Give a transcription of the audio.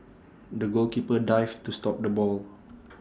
the goalkeeper dived to stop the ball